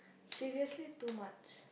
seriously too much